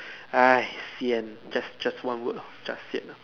has sian just just one word just sian lor